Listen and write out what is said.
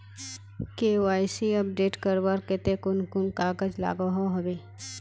KYC update करवार केते कुन कुन कागज लागोहो होबे?